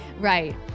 Right